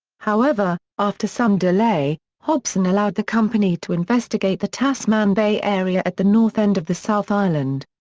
however, after some delay, hobson allowed the company to investigate the tasman bay area at the north end of the south island.